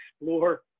explore